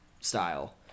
style